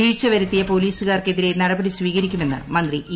വീഴ്ച വരുത്തിയ് പൊലീസുകാർക്ക് എതിരെ നടപടി ന് സ്വീകരിക്കുമെന്ന് മന്ത്രി ഇ